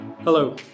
Hello